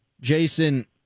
Jason